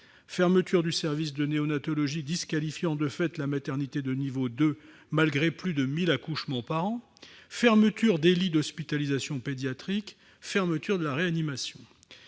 fermeture du service de néonatalogie, disqualifiant de fait la maternité de type II, malgré plus de mille accouchements par an ; fermeture des lits d'hospitalisation pédiatrique ; fermeture de la réanimation.